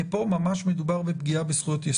שפה מדובר ממש בפגיעה בזכויות-יסוד.